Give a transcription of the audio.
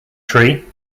tree